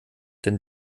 denn